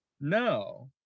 no